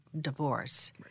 divorce